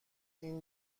این